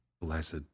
Blessed